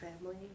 family